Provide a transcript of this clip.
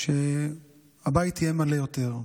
שהבית יהיה מלא יותר,